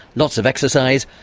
lots of exercise,